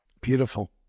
Beautiful